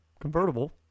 Convertible